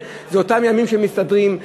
זה אותם ימים שמסתדרים,